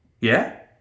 Yeah